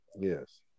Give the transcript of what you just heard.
Yes